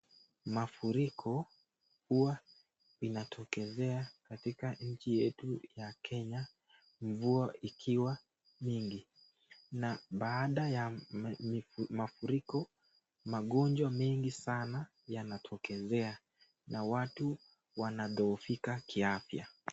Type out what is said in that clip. Mafuriko hua inatokezea katika nchi yetu ya Kenya mvua ikiwa nyingi na baada ya mafuriko, magonjwa mengi sanaa yanatokezea na watu wanadhofika kiafya.